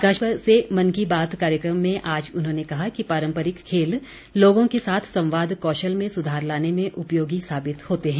आकाशवाणी से मन की बात कार्यक्रम में आज उन्होंने कहा कि पारम्परिक खेल लोगों के साथ संवाद कौशल में सुधार लाने में उपयोगी साबित होते हैं